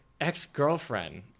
Ex-Girlfriend